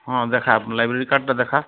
ହଁ ଦେଖା ଲାଇବ୍ରେରୀ କାର୍ଡ଼ଟା ଦେଖା